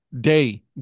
Day